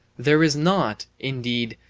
there is not, indeed,